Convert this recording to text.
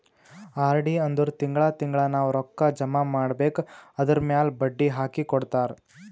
RD ಅಂದುರ್ ತಿಂಗಳಾ ತಿಂಗಳಾ ನಾವ್ ರೊಕ್ಕಾ ಜಮಾ ಮಾಡ್ಬೇಕ್ ಅದುರ್ಮ್ಯಾಲ್ ಬಡ್ಡಿ ಹಾಕಿ ಕೊಡ್ತಾರ್